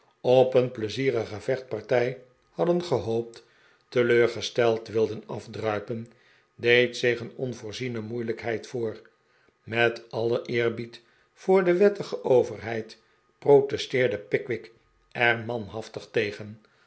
op een pleizierige vechtpartij hadden gehoopt teleurgesteld wilden afdruipen deed zich een onvoorziene moeilijkheid voor met alien eerbied voor de wettige overheid protesteerde pickwick er manhaftig tegen